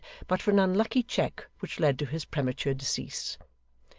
but for an unlucky check which led to his premature decease.